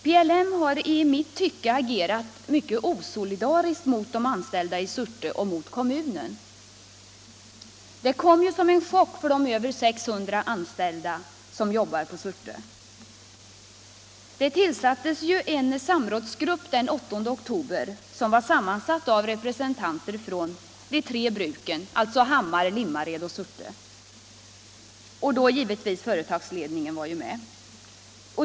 PLM har i mitt tycke agerat mycket osolidariskt mot de anställda i Surte och mot kommunen. Nedläggningshotet kom ju som en chock för de över 600 som jobbar i Surte. Den 8 oktober tillsattes en samrådsgrupp med representanter för de tre bruken i Hammar, Limmared och Surte. Givetvis var också företagsledningen med.